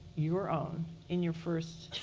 your own in your first